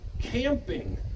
camping